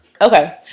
Okay